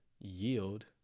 yield